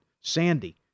Sandy